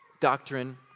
doctrine